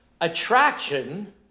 attraction